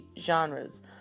genres